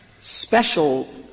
Special